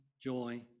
joy